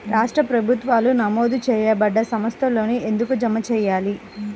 రాష్ట్ర ప్రభుత్వాలు నమోదు చేయబడ్డ సంస్థలలోనే ఎందుకు జమ చెయ్యాలి?